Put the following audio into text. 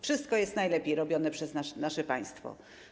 Wszystko jest najlepiej robione przez nasze państwo.